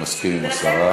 אני מסכים עם השרה.